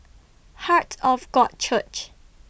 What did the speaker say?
Heart of God Church